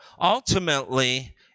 ultimately